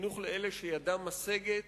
חינוך לאלה שידם משגת,